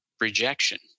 rejection